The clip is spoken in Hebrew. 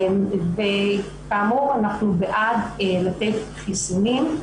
וכאמור אנחנו בעד לתת חיסונים.